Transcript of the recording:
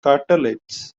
craterlets